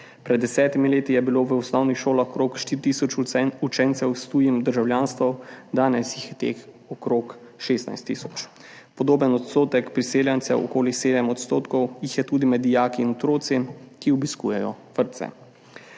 Pred desetimi leti je bilo v osnovnih šolah okrog štiri tisoč učencev s tujim državljanstvom, danes jih je okrog 16 tisoč. Podoben odstotek priseljencev, okoli 7 %, je tudi med dijaki in otroci, ki obiskujejo vrtce.